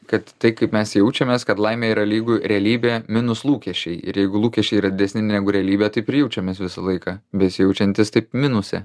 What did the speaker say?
kad tai kaip mes jaučiamės kad laimė yra lygu realybė minus lūkesčiai ir jeigu lūkesčiai yra didesni negu realybė taip ir jaučiamės visą laiką besijaučiantys taip minuse